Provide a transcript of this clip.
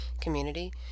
community